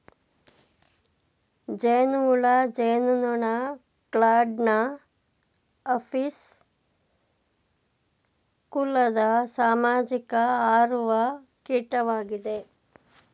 ಜೇನುಹುಳು ಜೇನುನೊಣ ಕ್ಲಾಡ್ನ ಅಪಿಸ್ ಕುಲದ ಸಾಮಾಜಿಕ ಹಾರುವ ಕೀಟವಾಗಿದೆ